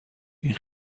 این